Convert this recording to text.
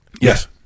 Yes